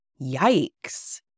yikes